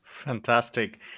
Fantastic